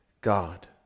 God